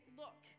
look